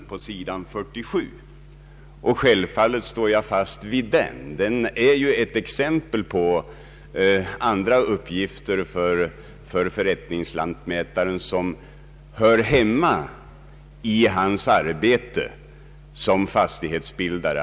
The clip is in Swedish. Jag står självfallet fast vid den, eftersom den ger exempel på uppgifter för förrättningslantmätaren som hör hemma i hans arbete som fastighetsbildare.